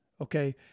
okay